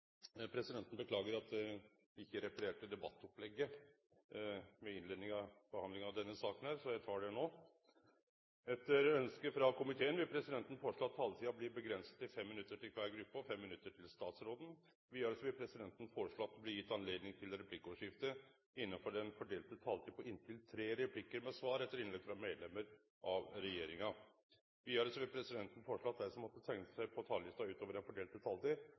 presidenten foreslå at taletiden blir begrenset til 5 minutter til hver gruppe og 5 minutter til statsråden. Videre vil presidenten foreslå at det gis anledning til replikkordskifte på inntil fem replikker med svar etter innlegg fra medlemmer av regjeringen innenfor den fordelte taletid. Videre blir det foreslått at de som måtte tegne seg på talerlisten utover den fordelte taletid,